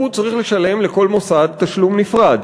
הוא צריך לשלם לכל מוסד תשלום נפרד.